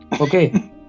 Okay